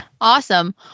Awesome